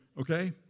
Okay